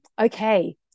okay